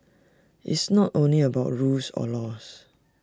it's not only about rules or laws